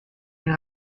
elle